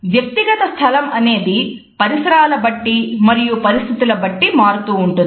వ్యక్తిగత స్థలం అనేది పరిసరాల బట్టి మరియు పరిస్థితుల బట్టి మారుతూ ఉంటుంది